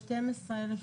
יש כאן חסרונות ויתרונות.